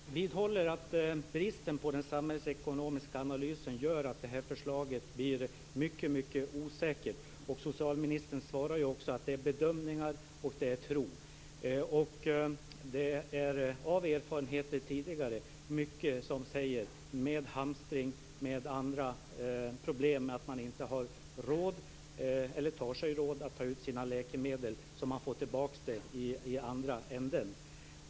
Herr talman! Jag vidhåller att bristen på den samhällsekonomiska analysen gör att förslaget blir mycket osäkert. Socialministern talar också om bedömningar och tro. Tidigare erfarenhet av hamstring och annat säger att många inte har råd eller tar sig råd att ta ut sina läkemedel, vilket man får tillbaka i andra änden.